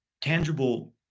tangible